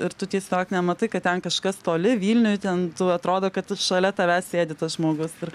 ir tu tiesiog nematai kad ten kažkas toli vilniuj ten atrodo kad tu šalia tavęs sėdi tas žmogus ir